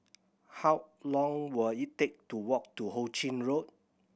how long will it take to walk to Ho Ching Road